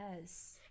Yes